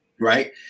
Right